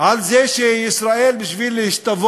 על זה שישראל, בשביל להשתוות